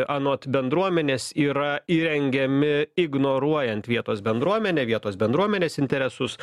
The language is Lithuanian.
anot bendruomenės yra įrengiami ignoruojant vietos bendruomenę vietos bendruomenės interesus